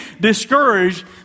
discouraged